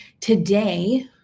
Today